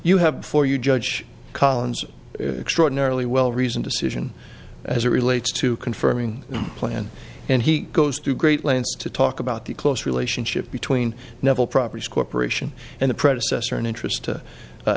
you have before you judge collins extraordinarily well reasoned decision as it relates to confirming plan and he goes to great lengths to talk about the close relationship between novel properties corp and the predecessor an interest to